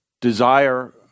desire